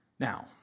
Now